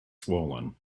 swollen